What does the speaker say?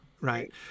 right